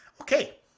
Okay